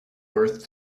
worth